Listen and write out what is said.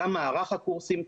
גם מערך הקורסים,